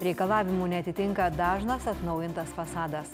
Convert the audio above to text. reikalavimų neatitinka dažnas atnaujintas fasadas